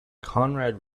conrad